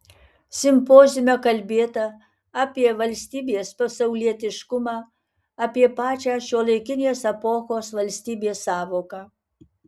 simpoziume kalbėta apie valstybės pasaulietiškumą apie pačią šiuolaikinės epochos valstybės sąvoką